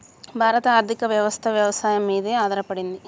భారత ఆర్థికవ్యవస్ఠ వ్యవసాయం మీదే ఆధారపడింది